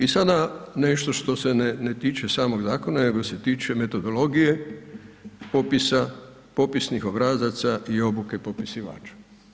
I sada nešto što se ne tiče samog zakona nego se tiče metodologije popisa, popisinih obrazaca i obuke popisivača.